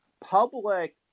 public